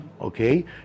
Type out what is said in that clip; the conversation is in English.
Okay